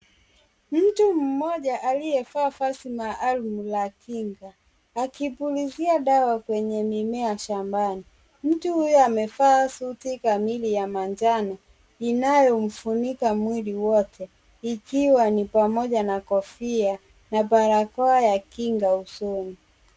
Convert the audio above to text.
Mtu mmoja aliyevaa vazi maalum la kinga akipulizia dawa kwenye mimea shambani. Mtu huyo amevaa suti kamili ya manjano inayomfunika mwili wote ikiwa ni pamoja na kofia na barakoa ya kinga usoni.